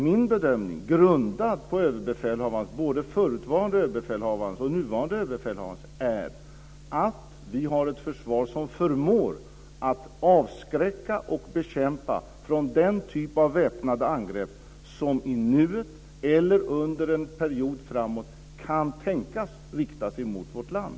Min bedömning, grundad på både förutvarande och nuvarande överbefälhavarens, är att vi har ett försvar som förmår att avskräcka ifrån och bekämpa den typ av väpnade angrepp som i nuet eller under en period framåt kan tänkas riktas mot vårt land.